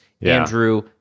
Andrew